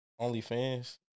OnlyFans